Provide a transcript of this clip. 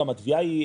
מבחינתנו,